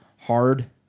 hard